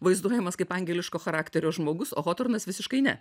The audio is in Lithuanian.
vaizduojamas kaip angeliško charakterio žmogus o hotornas visiškai ne